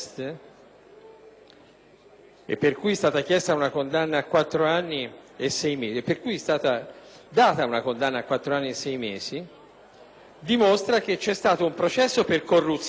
e per il quale è stata chiesta e data una condanna a quattro anni e sei mesi, dimostra che c'è stato un processo per corruzione